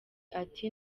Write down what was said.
ati